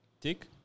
tick